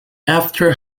after